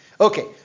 Okay